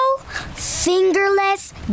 fingerless